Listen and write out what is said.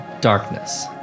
darkness